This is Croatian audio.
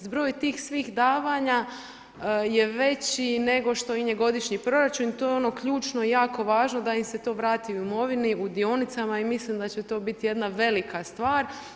Zbroj tih svih davanja, je veći nego što im je godišnji proračun i to je ono ključno, jako važno, da im se to vrati u imovini, u dionicama i mislim da će to biti jedna velika stvar.